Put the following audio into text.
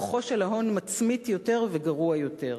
כוחו של ההון מצמית יותר וגרוע יותר.